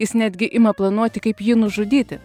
jis netgi ima planuoti kaip jį nužudyti